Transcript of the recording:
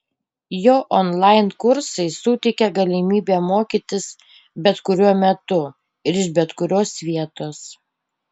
jo onlain kursai suteikė galimybę mokytis bet kuriuo metu ir iš bet kurios vietos